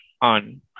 on